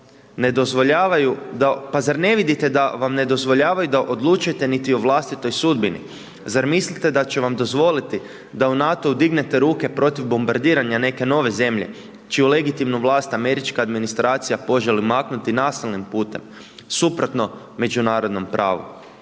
pa zar ne vidite da vam ne dozvoljavaju da odlučujete niti o vlastitoj sudbini? Zar mislite da će vam dozvoliti da u NATO-u dignete ruke protiv bombardiranja neke nove zemlje čiju legitimnu vlast američka administracija poželi maknuti nasilnim putem suprotno međunarodnom pravu?